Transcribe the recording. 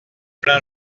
plein